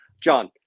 John